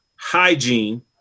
Hygiene